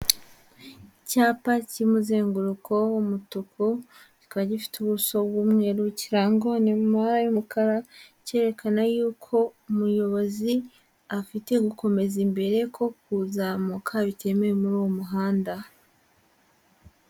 Icyapa cy'imuzenguruko w'umutuku, kikaba gifite ubuso bw'umweru, kirangwa n' amabara y'umukara. Kerekana yuko umuyobozi afite gukomeza imbere, ko kuzamuka bitemewe muri uwo muhanda.